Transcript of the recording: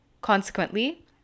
Consequently